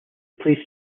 play